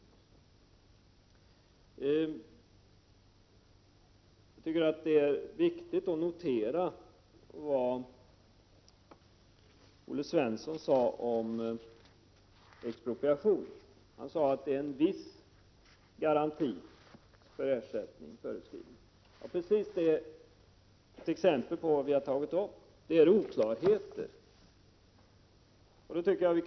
Jag tycker att det är viktigt att notera Olle Svenssons uttalande om expropriation. Han sade att det finns en viss garanti för ersättning. Precis detta kan tjäna som exempel på sådana oklarheter som vi har tagit upp.